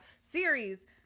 series